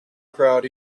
crowd